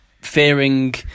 fearing